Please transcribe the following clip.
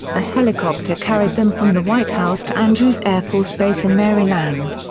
a helicopter carried them from the white house to andrews air force base in maryland.